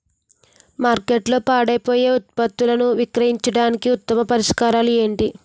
మార్కెట్లో పాడైపోయే ఉత్పత్తులను విక్రయించడానికి ఉత్తమ పరిష్కారాలు ఏంటి?